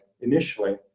Initially